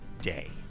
day